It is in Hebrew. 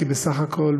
כי בסך הכול,